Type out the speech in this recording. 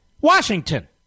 Washington